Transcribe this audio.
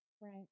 Right